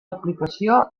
aplicació